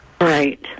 Right